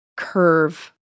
curve